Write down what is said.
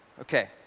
Okay